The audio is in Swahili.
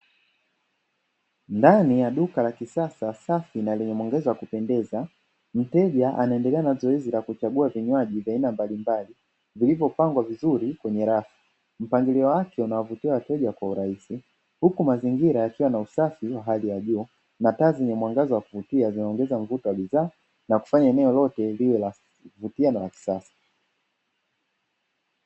Ndani ya duka la kisasa safi na lenye mwangaza wa kupendeza mteja anaendelea na zoezi la kuchagua vinywaji vya aina mbalimbali vilivyopangwa vizuri kwenye rafu. Mpangilio wake unawavutia wateja kwa urahisi huku mazingira yakiwa na usafi wa hali ya juu na taa zenye mwangaza wa kuvutia zinaongeza mvuto wa bidhaa na kufanya eneo lote liwe la kuvutia na la kisasa.